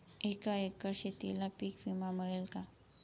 एका एकर शेतीला पीक विमा मिळेल का?